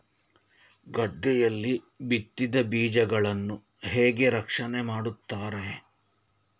ಗದ್ದೆಯಲ್ಲಿ ಬಿತ್ತಿದ ಬೀಜಗಳನ್ನು ಹೇಗೆ ರಕ್ಷಣೆ ಮಾಡುತ್ತಾರೆ?